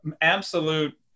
Absolute